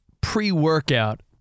pre-workout